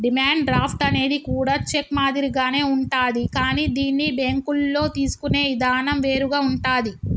demand draft అనేది కూడా cheque మాదిరిగానే ఉంటాది కానీ దీన్ని బ్యేంకుల్లో తీసుకునే ఇదానం వేరుగా ఉంటాది